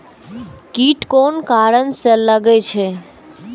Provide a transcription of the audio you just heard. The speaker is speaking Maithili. कीट कोन कारण से लागे छै?